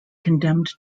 condemned